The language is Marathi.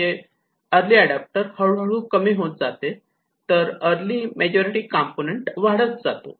म्हणजे अर्ली एडाप्टर हळूहळू कमी होत जाते तर अर्ली मेजॉरिटी कंपोनेंट वाढत जातो